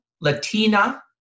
Latina